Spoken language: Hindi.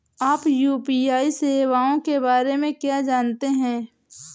आप यू.पी.आई सेवाओं के बारे में क्या जानते हैं?